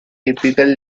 typical